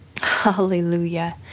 Hallelujah